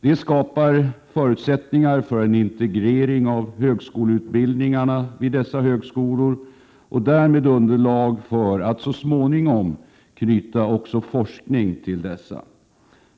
Detta skapar förutsättningar för en integrering av utbildningarna vid högskolorna på dessa orter och därmed underlag för att så småningom också knyta forskning till dessa.